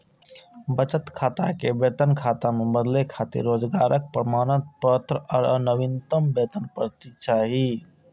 बचत खाता कें वेतन खाता मे बदलै खातिर रोजगारक प्रमाण आ नवीनतम वेतन पर्ची चाही